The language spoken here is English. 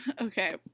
Okay